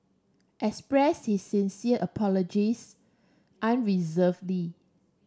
express his sincere apologies unreservedly